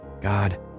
God